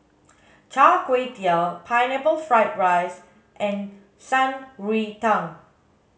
char kway teow pineapple fried rice and shan rui tang